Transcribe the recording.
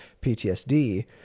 PTSD